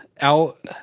out